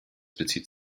bezieht